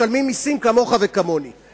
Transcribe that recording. משלמים מסים כמוך וכמוני,